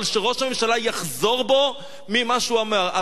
אבל שראש הממשלה יחזור בו ממה שהוא אמר.